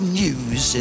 news